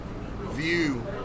view